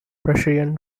prussian